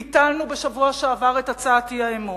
ביטלנו בשבוע שעבר את הצעת האי-אמון.